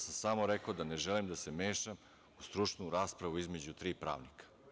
Samo sam rekao da ne želim da se mešam u stručnu raspravu između tri pravnika.